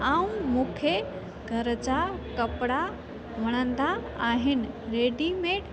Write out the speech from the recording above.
ऐं मूंखे घर जा कपिड़ा वणंदा आहिनि रेडीमेड